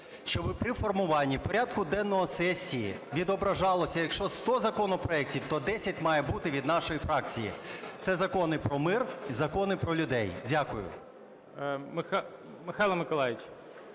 щоб при формуванні порядку денного сесії відображалося, якщо 100 законопроектів, то 10 має бути від нашої фракції. Це закони про мир і закони про людей. Дякую. ГОЛОВУЮЧИЙ. Михайло Миколайович,